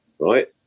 right